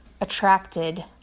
attracted